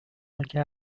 آنکه